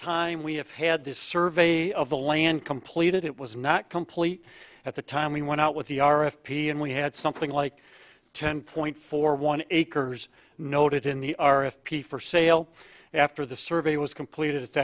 time we have had this survey of the land completed it was not complete at the time we went out with the r f p and we had something like ten point four one acres noted in the r f p for sale after the survey was completed it's